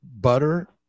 butter